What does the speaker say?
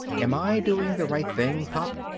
am i doing the right thing, pop?